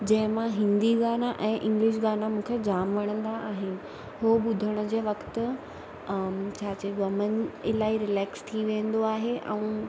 जंहिं मां हिंदी गाना ऐं इंग्लिश गाना मूंखे जाम वणंदा आहिनि उहो ॿुधण जे वक़्तु छा चइबो आहे मनु इलाही रिलेक्स थी वेंदो आहे ऐं